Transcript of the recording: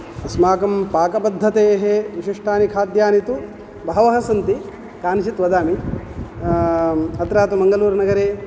अस्माकं पाकपद्धतेः विशिष्टानि खाद्यानि तु बहवः सन्ति कानिचित् वदामि अत्र तु मङ्गलूरुनगरे